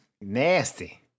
Nasty